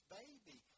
baby